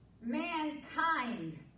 mankind